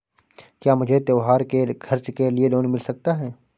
क्या मुझे त्योहार के खर्च के लिए लोन मिल सकता है?